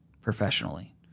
professionally